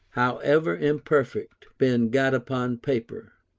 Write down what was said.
however imperfect, been got upon paper.